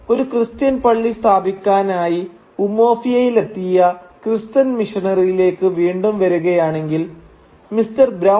ഒരു ക്രിസ്ത്യൻ പള്ളി സ്ഥാപിക്കാനായി ഉമൊഫിയയിലെത്തിയ ക്രിസ്ത്യൻ മിഷനറിയിലേക്ക് വീണ്ടും വരുകയാണെങ്കിൽ മിസ്റ്റർ ബ്രൌൺ Mr